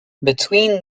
between